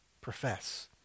profess